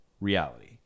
reality